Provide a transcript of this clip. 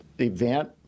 event